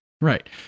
Right